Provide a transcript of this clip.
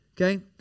okay